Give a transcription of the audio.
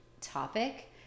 topic